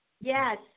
Yes